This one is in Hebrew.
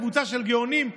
קבוצה של גאונים,